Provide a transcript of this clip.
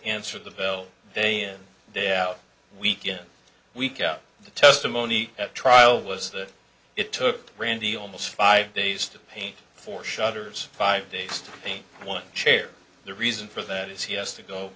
answer the bill day in day out week in week out the testimony at trial was that it took randy almost five days to paint for shutters five days to be one chair the reason for that is he has to go